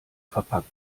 verpackt